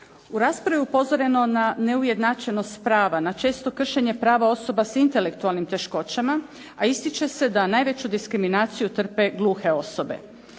U raspravi je upozoreno na neujednačenost prava, na često kršenje prava osoba s intelektualnim teškoćama a ističe se da najveću diskriminaciju trpe gluhe osobe.